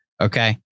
Okay